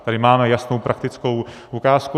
Tady máme jasnou praktickou ukázku.